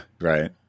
right